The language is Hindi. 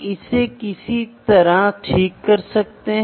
तो आपके पास एक स्थित जबड़ा और एक चलता हुआ जबड़ा है